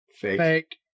Fake